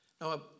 Now